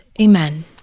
Amen